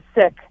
sick